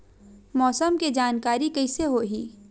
मौसम के जानकारी कइसे होही?